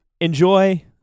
enjoy